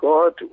God